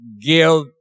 Give